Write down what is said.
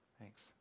Thanks